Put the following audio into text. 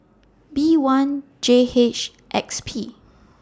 B one J H X P